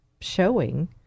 showing